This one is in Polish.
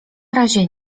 razie